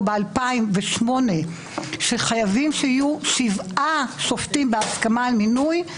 ב-2008 שחייבים שיהיו שבעה שופטים בהסכמה על מינוי,